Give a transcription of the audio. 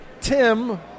Tim